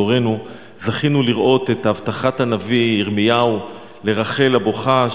בדורנו זכינו לראות את הבטחת הנביא ירמיהו לרחל הבוכה,